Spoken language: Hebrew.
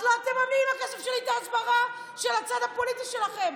את לא תממני עם הכסף שלי את ההסברה של הצד הפוליטי שלכם.